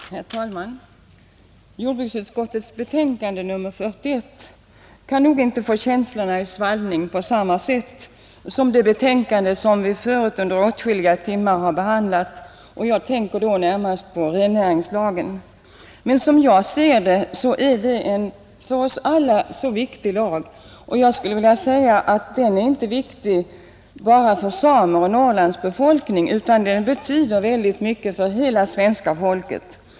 Herr talman! Jordbruksutskottets betänkande nr 41 kan nog inte få känslorna i svallning på samma sätt som det betänkande som vi förut under åtskilliga timmar har behandlat. Jag tänker då närmast på rennäringslagen. Men som jag ser det är den en för oss alla så viktig lag, och jag skulle vilja säga att den är viktig inte bara för samerna och Norrlands befolkning utan betyder väldigt mycket för hela svenska folket.